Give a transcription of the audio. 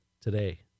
today